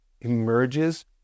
emerges